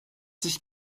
sich